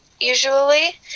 usually